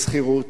לשכירות,